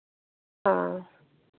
हाँ